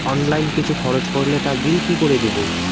Online কিছু খরচ করলে তার বিল কি করে দেবো?